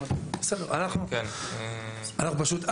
פשוט,